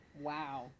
Wow